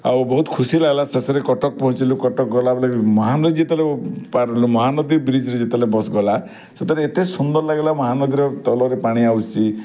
ଆଉ ବହୁତ ଖୁସି ଲାଗଲା ଶେଷରେ କଟକ ପହଞ୍ଚିଲୁ କଟକ ଗଲାବେଳେ ବି ମହାନଦୀ ଯେତେବେଲେ ପାର୍ ହେଲୁ ମହାନଦୀ ବ୍ରିଜ୍ ରେ ଯେତବଲେ ବସ୍ ଗଲା ସେଥିରେ ଏତେ ସୁନ୍ଦର ଲାଗଲା ମହାନଦୀର ତଲରେ ପାଣି ଆସୁଛି